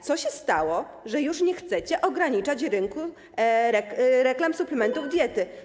Co się stało, że już nie chcecie ograniczać rynku reklam suplementów diety?